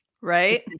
Right